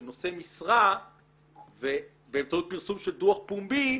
נושא משרה באמצעות פרסום של דוח פומבי,